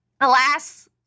alas